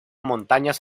montañas